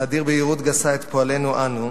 נאדיר ביהירות גסה את פועלנו אנו,